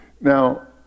Now